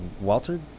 Walter